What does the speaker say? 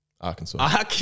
Arkansas